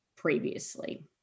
previously